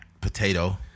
Potato